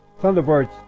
Thunderbirds